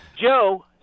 Joe